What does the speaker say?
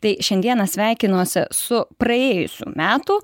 tai šiandieną sveikinuosi su praėjusių metų